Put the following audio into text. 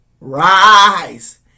Rise